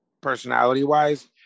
personality-wise